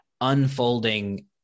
unfolding